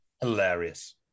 hilarious